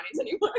anymore